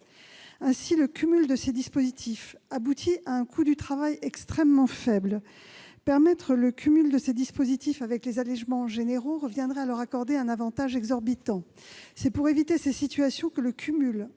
Ainsi, le cumul de ces dispositifs aboutit à un coût du travail extrêmement faible. Permettre le cumul de ces dispositifs avec les allégements généraux reviendrait à accorder auxdits employeurs un avantage exorbitant. C'est pour éviter ces situations que le cumul